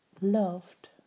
loved